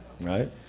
right